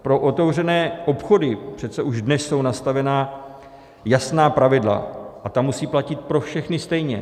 Pro otevřené obchody přece už dnes jsou nastavena jasná pravidla a ta musí platit pro všechny stejně.